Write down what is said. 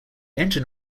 engine